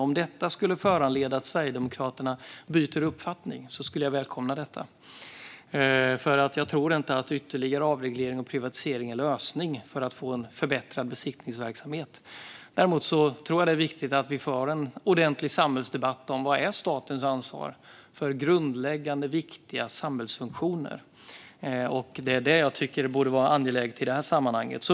Om detta skulle föranleda att Sverigedemokraterna byter uppfattning skulle jag välkomna det, för jag tror inte att ytterligare avreglering och privatisering är lösningen för att få en förbättrad besiktningsverksamhet. Däremot tror jag att det är viktigt att vi för en ordentlig samhällsdebatt om vad som är statens ansvar för grundläggande, viktiga samhällsfunktioner. Det är detta som jag tycker borde vara angeläget i detta sammanhang.